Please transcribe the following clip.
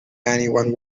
anyone